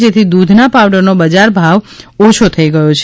જેથી દુધના પાવડરનો બજારમાં ભાવ ઓછો થઇ ગયો છે